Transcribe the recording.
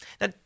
Now